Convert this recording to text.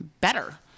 better